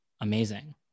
Amazing